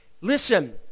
Listen